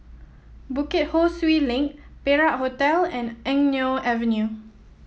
Bukit Ho Swee Link Perak Hotel and Eng Neo Avenue